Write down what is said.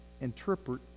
interpret